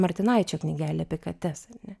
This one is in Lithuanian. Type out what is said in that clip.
martinaičio knygelė apie kates ar ne